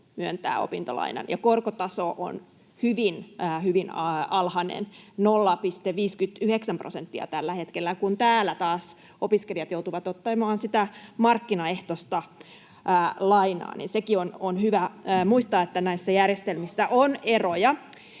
myöntää opintolainan ja korkotaso on hyvin alhainen, 0,59 prosenttia tällä hetkellä, kun täällä taas opiskelijat joutuvat ottamaan sitä markkinaehtoista lainaa. Sekin on hyvä muistaa, että näissä järjestelmissä on eroja.